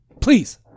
please